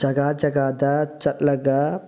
ꯖꯒꯥ ꯖꯒꯥꯗ ꯆꯠꯂꯒ